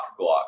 Glock